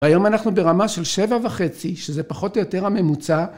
היום אנחנו ברמה של שבע וחצי שזה פחות או יותר הממוצע